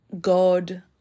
God